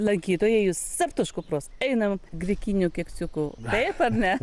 lankytojai jus capt už kupros einam grikinių keksiukų taip ar ne